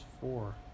four